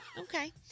Okay